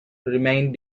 remained